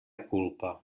culpa